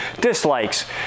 dislikes